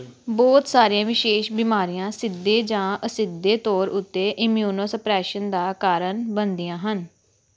ਬਹੁਤ ਸਾਰੀਆਂ ਵਿਸ਼ੇਸ਼ ਬਿਮਾਰੀਆਂ ਸਿੱਧੇ ਜਾਂ ਅਸਿੱਧੇ ਤੌਰ ਉੱਤੇ ਇਮਿਊਨੋਸਪਰੈਸ਼ਨ ਦਾ ਕਾਰਨ ਬਣਦੀਆਂ ਹਨ